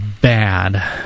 bad